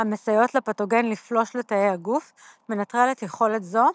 המסייעות לפתוגן לפלוש לתאי הגוף, מנטרלת יכולת זו